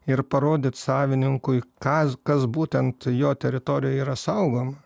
ir parodyt savininkui ką kas būtent jo teritorijoj yra saugoma